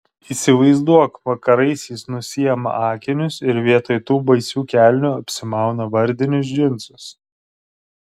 įsivaizduok vakarais jis nusiima akinius ir vietoj tų baisių kelnių apsimauna vardinius džinsus